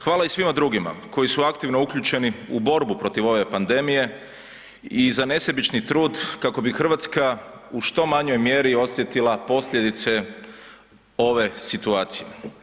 Hvala i svima drugima koji su aktivno uključeni u borbu protiv ove pandemije i za nesebični trud kako bi RH u što manjoj mjeri osjetila posljedice ove situacije.